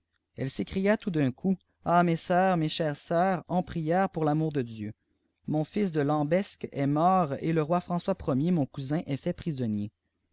s'écria tout d'un coup ah mes sœurs mes chères en prières pour rarâôur de dieu mon fik de latnbesc est mort et te roi françois p mon cousin est fait prisonnier